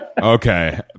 okay